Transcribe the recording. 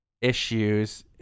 issues